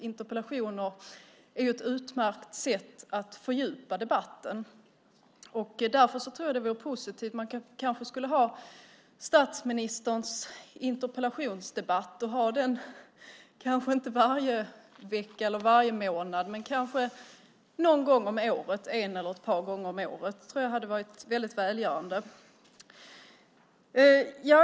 Interpellationer är ett utmärkt sätt att fördjupa debatten. Man kanske skulle ha statsministerns interpellationsdebatt och ha den kanske inte varje vecka eller varje månad men en eller ett par gånger om året. Det tror jag skulle vara väldigt välgörande.